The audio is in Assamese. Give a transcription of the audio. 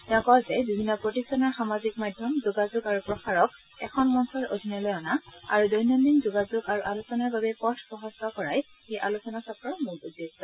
তেওঁ কয় যে বিভিন্ন প্ৰতিষ্ঠানৰ সামাজিক মাধ্যম যোগাযোগ আৰু প্ৰসাৰক এখন মঞ্চৰ অধীনলৈ অনা আৰু দৈনদ্দিন যোগাযোগ আৰু আলোচনাৰ বাবে পথ প্ৰশস্ত কৰাই এই আলোচনা চক্ৰৰ মূল উদ্দেশ্য